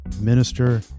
minister